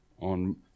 on